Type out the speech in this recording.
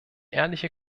ehrliche